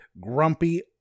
grumpy